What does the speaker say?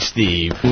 Steve